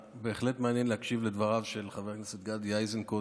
בהחלט היה מעניין להקשיב לדבריו של חברי כנסת גדי איזנקוט,